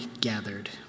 gathered